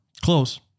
Close